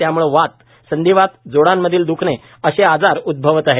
त्यामुळे वात संधीवात जोडांमधील द्खणे असे आजार उद्गवत आहेत